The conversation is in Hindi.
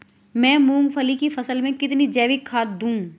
मैं मूंगफली की फसल में कितनी जैविक खाद दूं?